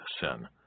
sin